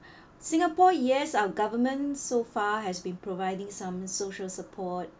singapore yes our government so far has been providing some social support